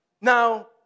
Now